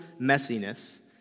messiness